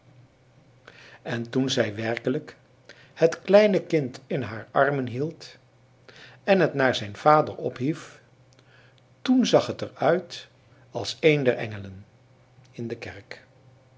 en toen zij werkelijk het kleine kind in haar armen hield en het naar zijn vader ophief toen zag het er uit als een der engelen in de kerk